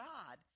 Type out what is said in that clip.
God